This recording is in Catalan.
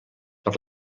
per